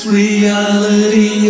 reality